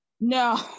no